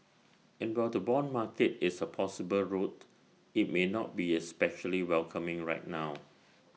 and while the Bond market is A possible route IT may not be especially welcoming right now